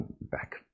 back